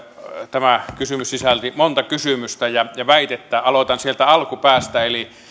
tämä kysymys sisälsi monta kysymystä ja ja väitettä aloitan sieltä alkupäästä eli